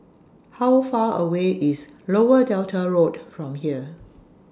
How Far away IS Lower Delta Road from here